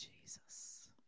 Jesus